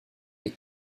est